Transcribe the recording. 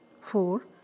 four